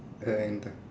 and